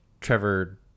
Trevor